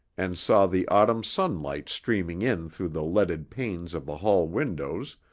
and saw the autumn sunlight streaming in through the leaded panes of the hall windows,